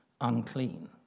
unclean